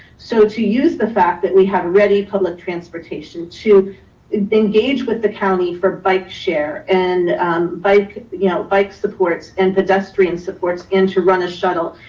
so to use the fact that we have ready public transportation, to engage with the county for bike share, and bike you know bike supports, and pedestrian supports, and to run a shuttle.